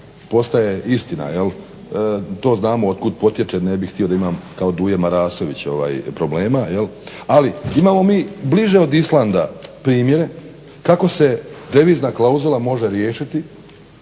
postaje istina, to znamo od kud potječe, ne bih htio da imam kao Duje Marasović problema, ali imamo mi bliže od Islanda primjere kako se devizna klauzula može riješiti,